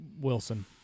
Wilson